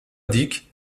dick